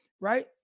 right